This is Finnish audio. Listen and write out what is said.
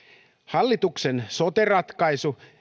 hallituksen sote ratkaisu